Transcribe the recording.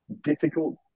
difficult